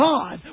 God